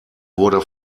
wurde